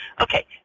okay